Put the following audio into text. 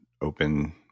open